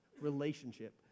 relationship